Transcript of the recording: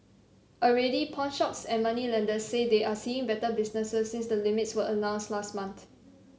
already pawnshops and moneylenders say they are seeing better business since the limits were announced last month